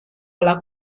alla